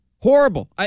Horrible